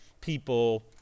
people